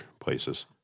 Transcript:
places